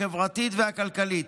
החברתית והכלכלית.